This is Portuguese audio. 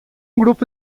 grupo